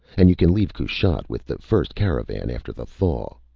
and you can leave kushat with the first caravan after the thaw.